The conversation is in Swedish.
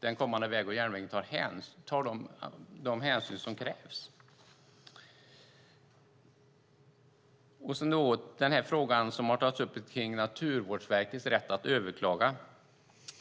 den kommande vägen eller järnvägen tar de hänsyn som krävs. Frågan om Naturvårdsverkets rätt att överklaga har tagits upp.